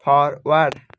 forward